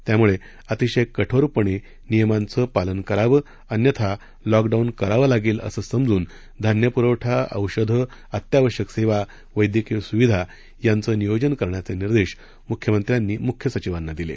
त्यामुळे अतिशय कठोरपणे नियमांचे पालन करावं अन्यथा लॉकडाऊन करावं लागेल असं समजून धान्य पुरवठा औषधं अत्यावश्यक सेवा वैद्यकीय सुविधा यांचं नियोजन करण्याचे निर्देश मुख्यमंत्र्यांनी मुख्य सचिवांना दिले